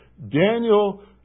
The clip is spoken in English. Daniel